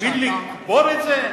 בשביל לקבור את זה?